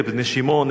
את בני שמעון,